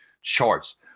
charts